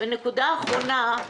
נקודה האחרונה,